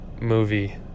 movie